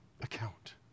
account